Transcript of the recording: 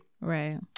right